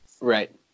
Right